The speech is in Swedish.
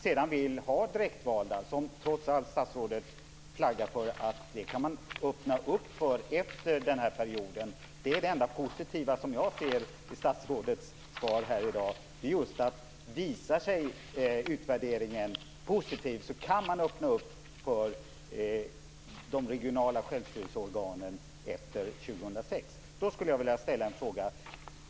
Statsrådet flaggar trots allt för att man kan öppna upp för direktval efter denna period. Det är det enda positiva som jag ser i statsrådets svar här i dag. Visar sig utvärderingen positiv kan man alltså öppna upp för de regionala självstyrelseorganen efter 2006. Då skulle jag vilja ställa en fråga.